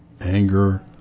anger